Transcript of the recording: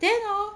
then hor